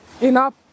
enough